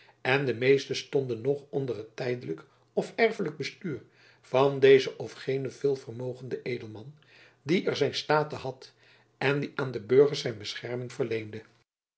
en de meeste stonden nog onder het tijdelijk of erfelijk bestuur van dezen of genen veelvermogenden edelman die er zijn state had en die aan de burgers zijn bescherming verleende